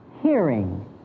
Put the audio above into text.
hearing